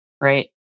Right